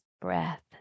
breath